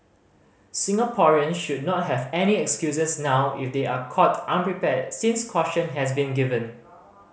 Singaporean should not have any excuses now if they are caught unprepared since caution has been given